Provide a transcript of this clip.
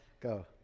go